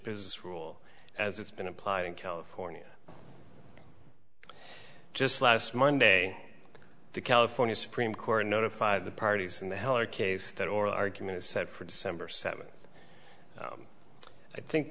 business rule as it's been applied in california just last monday the california supreme court notified the parties in the heller case that oral argument is set for december seventh i think